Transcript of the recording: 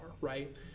right